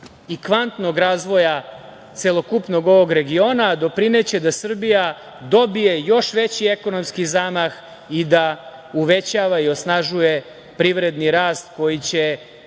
i kvantnog razvoja celokupnog ovog regiona i doprineće da Srbija dobije još veći ekonomski zamah i da uvećava i osnažuje privredni rast koji će